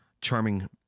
charming